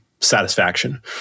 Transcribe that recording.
satisfaction